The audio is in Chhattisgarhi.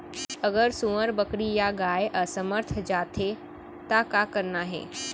अगर सुअर, बकरी या गाय असमर्थ जाथे ता का करना हे?